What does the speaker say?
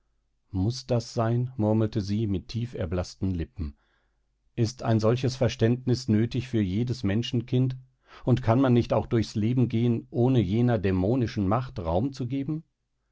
muß das sein murmelte sie mit tieferblaßten lippen ist ein solches verständnis nötig für jedes menschenkind und kann man nicht auch durchs leben gehen ohne jener dämonischen macht raum zu geben